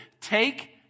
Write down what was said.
take